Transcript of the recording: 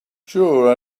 sure